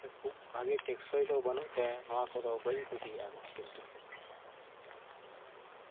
ᱠᱷᱩᱵ ᱵᱷᱟᱹᱜᱤ ᱴᱮᱠᱥᱚᱭ ᱫᱚ ᱵᱟᱹᱱᱩᱜ ᱛᱟᱭᱟ ᱚᱱᱟᱛᱮ ᱵᱟᱹᱧ ᱠᱩᱥᱤᱭᱟᱜᱼᱟ ᱱᱚᱣᱟ ᱯᱮᱱᱴᱩᱞ ᱠᱚ